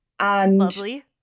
Lovely